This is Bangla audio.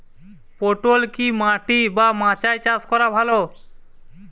পটল কি মাটি বা মাচায় চাষ করা ভালো?